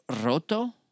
roto